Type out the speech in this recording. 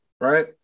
right